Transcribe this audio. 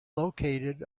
located